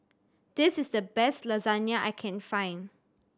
this is the best Lasagna I can find